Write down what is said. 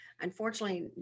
unfortunately